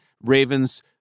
Ravens